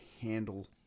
handle